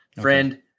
Friend